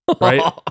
right